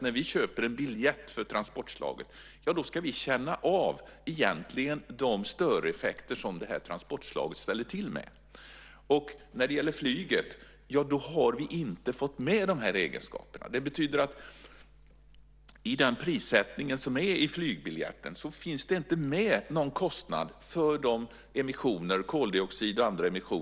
När vi köper en biljett för transportslaget ska vi så att säga känna av de störeffekter som detta transportslag ställer till med. När det gäller flyget har vi inte fått med dessa egenskaper. Det betyder att i priset som framgår av flygbiljetten finns det inte med någon kostnad för de emissioner, koldioxid och andra emissioner, som flyget ställer till med. Den typen av beskattning har vi på vägsidan.